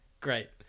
Great